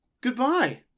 goodbye